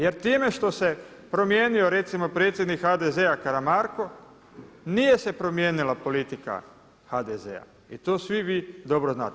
Jer time što se promijenio recimo predsjednik HDZ-a Karamarko, nije se promijenila politika HDZ-a i to svi vi dobro znate.